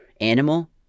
animal